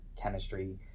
chemistry